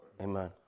Amen